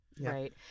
right